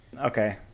Okay